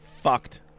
Fucked